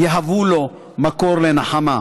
יהוו לו מקור לנחמה.